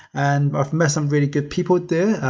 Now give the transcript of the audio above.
and i've met some really good people there,